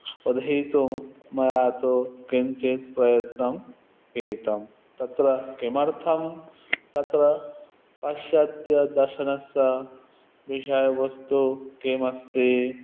अधीतुं मया तु किञ्चित् प्रयत्नं कृतं तत्र किमर्थं तत्र पाश्चात्यदर्शनस्य विषयवस्तु किमस्ति